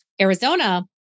Arizona